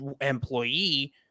employee